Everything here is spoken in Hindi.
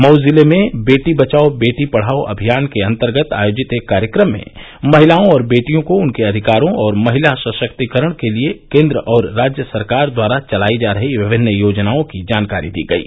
मऊ जिले में बेटी बचाओ बेटी पढ़ाओ अभियान के अंतर्गत आयोजित एक कार्यक्रम में महिलाओं और बेटियों को उनके अधिकारों और महिला सशक्तिकरण के लिए केंद्र और राज्य सरकार द्वारा चलायी जा रही विभिन्न योजनाओं की जानकारी दी गयी